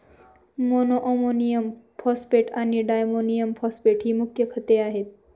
monoammonium phosphate आणि diammonium phosphate ही मुख्य खते आहेत